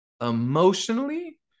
emotionally